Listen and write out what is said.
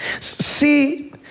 see